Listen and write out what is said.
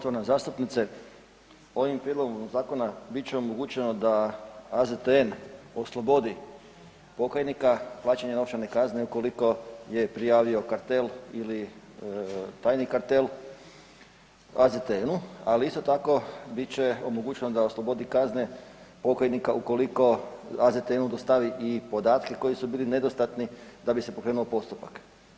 Poštovana zastupnice ovim prijedlogom zakona bit će omogućeno AZTN oslobodi pokajnika plaćanja novčane kazne ukoliko je prijavio kartel ili tajni kartel AZTN-u, ali isto tako biti će omogućeno da oslobodi kazne pokajnika ukoliko AZTN-u dostavi i podatke koji su bili nedostatni da bi se pokrenuo postupak.